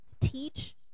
teach